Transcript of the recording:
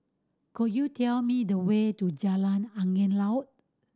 could you tell me the way to Jalan Angin Laut